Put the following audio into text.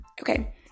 Okay